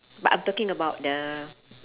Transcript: but I'm talking about the